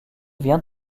vient